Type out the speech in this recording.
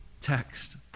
text